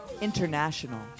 International